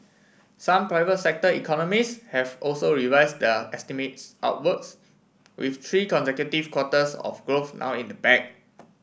some private sector economists have also revise their estimates upwards with three consecutive quarters of growth now in the bag